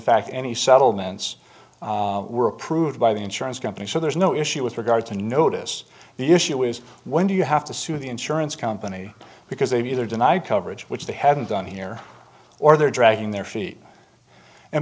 fact any settlements were approved by the insurance company so there's no issue with regard to notice the issue is when do you have to sue the insurance company because they've either deny coverage which they haven't done here or they're dragging their feet and